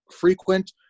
frequent